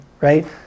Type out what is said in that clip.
right